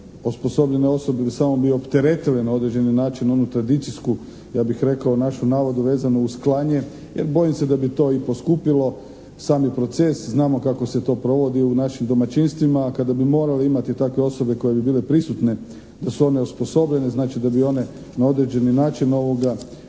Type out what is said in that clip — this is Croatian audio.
jer osposobljene osobe bi samo opteretile na određeni način onu tradicijsku, ja bih rekao našu … /Govornik se ne razumije./ vezano uz klanje jer bojim se da bi to i poskupilo sami proces. Znamo kako se to provodi u našim domaćinstvima, a kada bi morali imati takve osobe koje bi bile prisutne, da su one osposobljene, znači da bi i one na određeni način ukinule